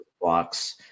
blocks